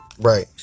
Right